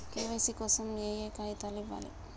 KYC కోసం ఏయే కాగితాలు ఇవ్వాలి?